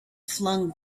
flung